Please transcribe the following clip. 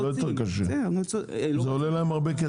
זה עולה להן הרבה כסף.